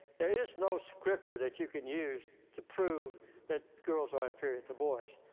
there is no scripture that you can use to prove that girls are inferior to boys.